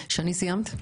שני, סיימת?